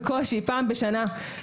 בקושי פעם בשנה.